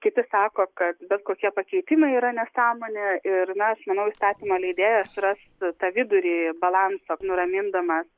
kiti sako kad bet kokie pakeitimai yra nesąmonė ir na aš manau įstatymų leidėjas ras tą vidurį balanso nuramindamas